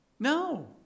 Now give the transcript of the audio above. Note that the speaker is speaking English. No